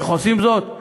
איך עושים זאת?